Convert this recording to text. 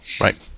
Right